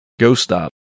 GoStop